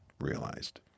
realized